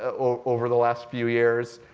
over the last few years.